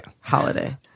holiday